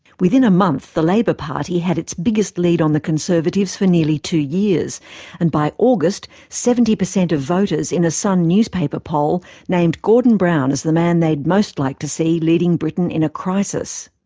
within a month, the labour party had its biggest lead on the conservatives for nearly two years and by august, seventy percent of voters in a sun newspaper poll named gordon brown as the man they'd most like to see leading britain in a crisis.